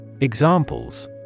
Examples